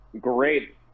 Great